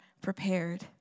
prepared